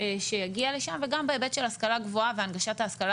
שיגיע לשם וגם בהיבט של השכלה גבוהה והנגשת ההשכלה